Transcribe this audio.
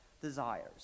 desires